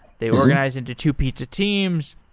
they organize into two pizza teams.